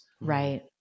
Right